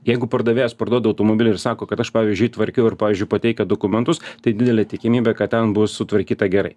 jeigu pardavėjas parduoda automobilį ir sako kad aš pavyzdžiui jį tvarkiau ir pavyzdžiui pateikia dokumentus tai didelė tikimybė kad ten bus sutvarkyta gerai